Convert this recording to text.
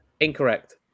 Incorrect